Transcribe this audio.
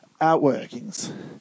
outworkings